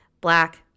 black